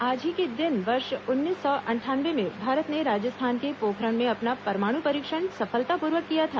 आज ही के दिन वर्ष उन्नीस सौ अंठानवे में भारत ने राजस्थान के पोखरण में अपना परमाणु परीक्षण सफलतापूर्वक किया था